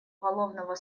уголовного